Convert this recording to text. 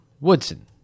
Woodson